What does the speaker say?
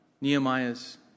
Nehemiah's